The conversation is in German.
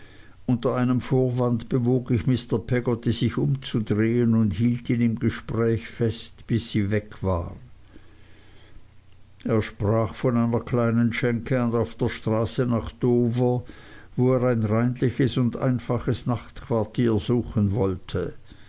unter einem vorwand bewog ich mr peggotty sich umzudrehen und hielt ihn im gespräche fest bis sie fort war er sprach von einer kleinen schenke auf der straße nach dover wo er ein reinliches und einfaches nachtquartier suchen wollte